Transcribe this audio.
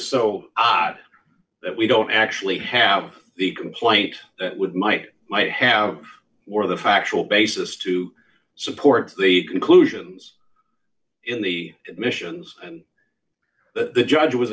so odd that we don't actually have the complaint that would might might have or the factual basis to support the conclusions in the admissions and the judge was